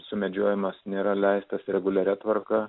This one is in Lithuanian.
sumedžiojimas nėra leistas reguliaria tvarka